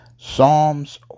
Psalms